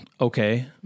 okay